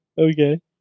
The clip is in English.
Okay